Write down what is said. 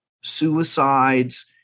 suicides